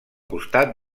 costat